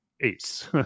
ace